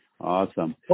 awesome